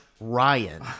Ryan